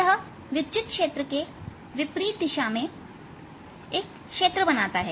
यह विद्युत क्षेत्र के विपरीत दिशा में एक क्षेत्र बनाता है